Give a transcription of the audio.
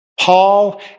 Paul